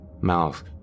mouth